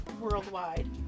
worldwide